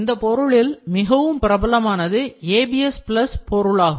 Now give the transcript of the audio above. இந்தப் பொருளில் மிகவும் பிரபலமானது ABS plus பொருளாகும்